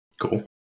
Cool